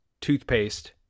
toothpaste